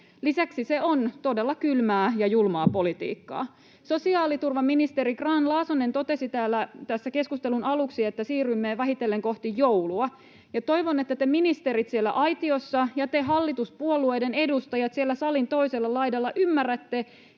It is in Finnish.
Lisäksi se on todella kylmää ja julmaa politiikkaa. Sosiaaliturvaministeri Grahn-Laasonen totesi täällä tämän keskustelun aluksi, että siirrymme vähitellen kohti joulua, ja toivon, että te ministerit siellä aitiossa ja te hallituspuolueiden edustajat siellä salin toisella laidalla ymmärrätte,